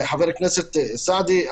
חבר הכנסת סעדי,